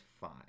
five